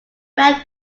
ran